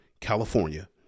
California